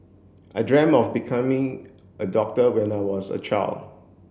I dreamt of becoming a doctor when I was a child